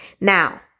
Now